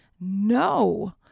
No